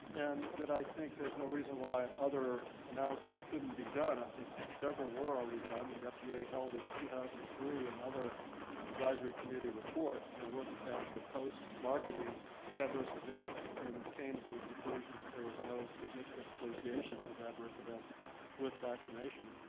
and that i think there's no reason why other analyses couldn't be done. i think several were already done. the fda held in two thousand and three another advisory committee report to look at the post-marketing adverse events and came to the collusion that there was no significant association of adverse events with vaccination.